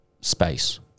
space